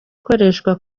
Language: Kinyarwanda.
ikoreshwa